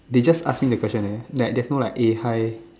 they just ask me the question eh like there's no like eh hi